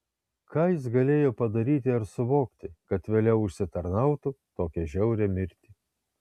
ką jis galėjo padaryti ar suvokti kad vėliau užsitarnautų tokią žiaurią mirtį